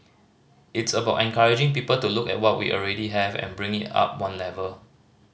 it's about encouraging people to look at what we already have and bring it up one level